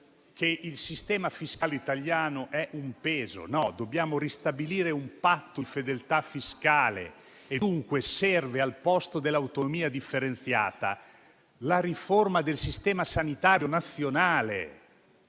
cui il sistema fiscale italiano è un peso. Dobbiamo ristabilire un patto di fedeltà fiscale e dunque, al posto dell'autonomia differenziata, serve la riforma del Sistema sanitario nazionale.